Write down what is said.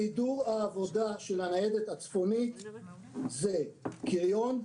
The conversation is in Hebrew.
סידור עבודה של הניידת הצפונית זה קריון,